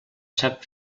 sap